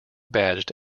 badged